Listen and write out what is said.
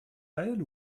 mael